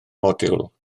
modiwl